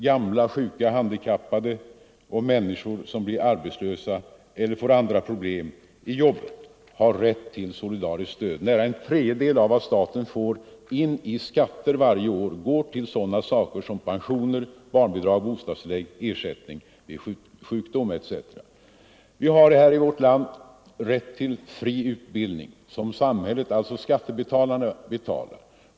Gamla, sjuka, handikappade och människor som blir arbetslösa eller som får andra problem i jobbet har rätt till solidariskt stöd. Nära en tredjedel av vad staten får in i skatter varje år går till sådana saker som pensioner, barnbidrag, Vi har i vårt land rätt till fri utbildning som samhället — alltså skattebetalarna — betalar.